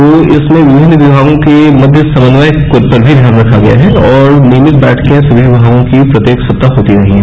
तो इसमें विभिन्न विभागों के मध्य समन्वय पर भी ध्यान रखा गया है और नियमित बैठकें सभी विभागों की प्रत्येक सप्ताह होती रहेगी